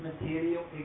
material